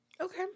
okay